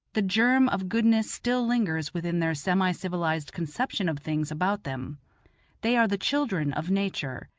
the germ of goodness still lingers within their semi-civilized conception of things about them they are the children of nature,